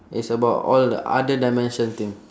it's about all the other dimension thing